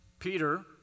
Peter